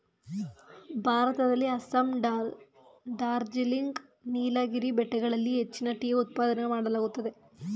ಭಾರತದಲ್ಲಿ ಅಸ್ಸಾಂ, ಡಾರ್ಜಿಲಿಂಗ್, ನೀಲಗಿರಿ ಬೆಟ್ಟಗಳಲ್ಲಿ ಹೆಚ್ಚಿನ ಟೀ ಉತ್ಪಾದನೆ ಮಾಡಲಾಗುತ್ತದೆ